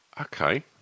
Okay